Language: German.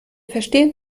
verstehen